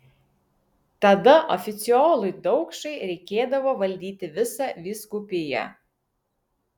tada oficiolui daukšai reikėdavo valdyti visą vyskupiją